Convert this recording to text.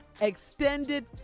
Extended